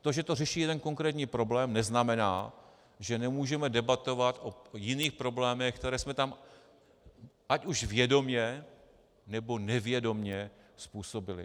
To, že to řeší jeden konkrétní problém, neznamená, že nemůžeme debatovat o jiných problémech, které jsme tam ať už vědomě, nebo nevědomě způsobili.